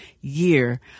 year